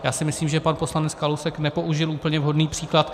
Já si myslím, že pan poslanec Kalousek nepoužil úplně vhodný příklad.